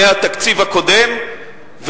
מהתקציב הקודם,